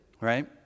right